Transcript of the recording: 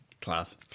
Class